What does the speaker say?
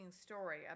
story